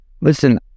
listen